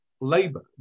Labour